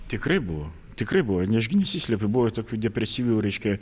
tikrai buvo tikrai buvo ne aš gi nesislėpiu buvo tokių depresyvių reiškia